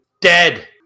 dead